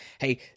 Hey